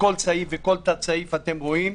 וכל סעיף וכל תת-סעיף, אתם רואים,